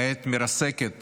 מרסקת